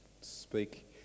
speak